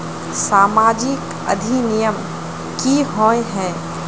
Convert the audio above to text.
सामाजिक अधिनियम की होय है?